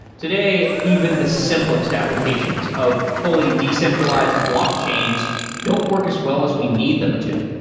today, even the simplest applications of fully decentralized block chains don't work as well as we need them to.